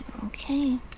Okay